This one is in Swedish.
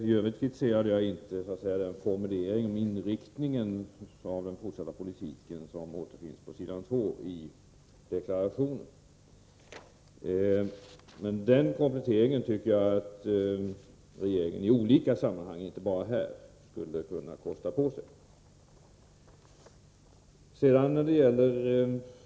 I övrigt kritiserade jag inte inriktningen av den fortsatta politiken, så som den formuleras på s.2 i deklarationen, men en komplettering vad gäller devalveringens avigsida tycker jag att regeringen — i olika sammanhang, inte bara här — skulle kunna kosta på sig.